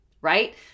Right